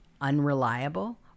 unreliable